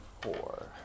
four